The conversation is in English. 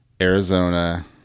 Arizona